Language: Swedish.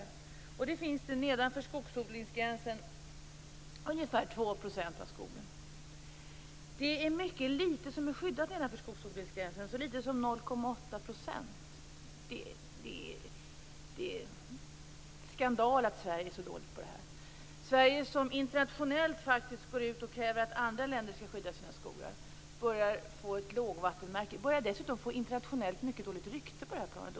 De utgör ca 2 % av skogen nedanför skogsodlingsgränsen. Det är mycket litet som är skyddat nedanför skogsodlingsgränsen. Det är så litet som 0,8 %. Det är skandal att Sverige är så dåligt på detta. Sverige, som internationellt går ut och kräver att andra länder skall skydda sina skogar, börjar internationellt få ett mycket dåligt rykte på det här planet.